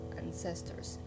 ancestors